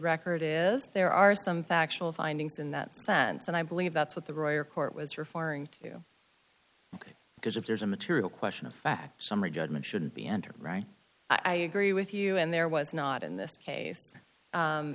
record is there are some factual findings in that sense and i believe that's what the royal court was referring to because if there is a material question of fact summary judgment should be entered right i agree with you and there was not in this case